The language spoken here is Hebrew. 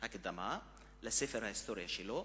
דהיינו הקדמה, לספר ההיסטוריה שלו,